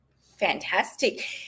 fantastic